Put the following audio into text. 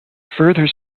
further